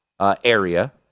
area